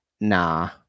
nah